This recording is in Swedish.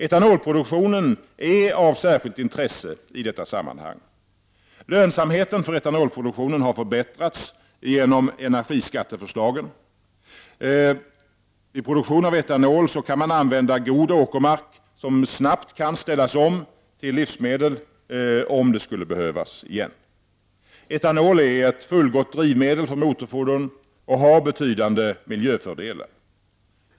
Etanolproduktionen är av särskilt intresse i detta sammanhang: —- Lönsamheten för etanolproduktionen har förbättrats genom energiskatteförslagen. = Vid produktion av etanol kan man använda god åkermark som snabbt kan ställas om till livsmedelsproduktion igen om så skulle behövas. —- Etanol är ett fullgott drivmedel för motorfordon med betydande miljöfördelar.